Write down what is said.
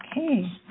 Okay